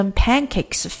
pancakes